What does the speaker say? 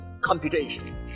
computation